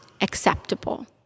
acceptable